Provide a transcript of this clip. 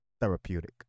therapeutic